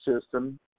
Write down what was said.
system